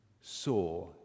saw